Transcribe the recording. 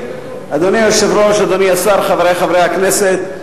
אדוני היושב-ראש, אדוני השר, חברי חברי הכנסת,